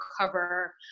cover